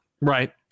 right